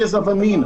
גזע ומין?